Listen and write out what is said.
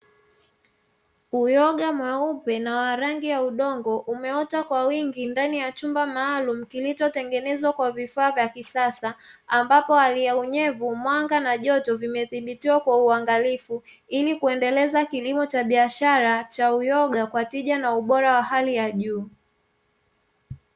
Uyoga mweupe na wa rangi ya udongo umeota kwa wingi ndani ya chumba maalumu kilichotengenezwa kwa vifaa vya kisasa, ambapo hali ya: unyevu, mwanga, na joto; vimedhibitiwa kwa uangalifu ili kuendeleza kilimo cha biashara cha uyoga kwa tija na ubora wa hali ya juu.